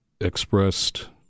expressed